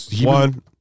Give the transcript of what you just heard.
one